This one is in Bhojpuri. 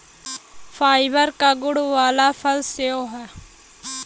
फाइबर क गुण वाला फल सेव हौ